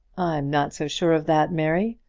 not so sure of that, mary.